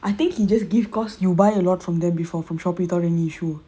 I think he just give because you buy a lot from them before from Shopee without any issue